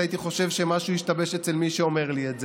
הייתי חושב שמשהו השתבש אצל מי שאומר לי את זה,